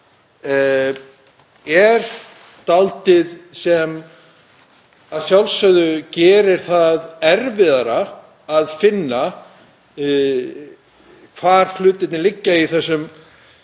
er dálítið sem að sjálfsögðu gerir það erfiðara að finna hvar hlutirnir liggja í þessum